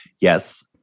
Yes